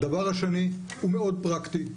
הדבר השני הוא מאוד פרקטי וברור,